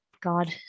god